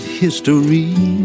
history